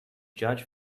judge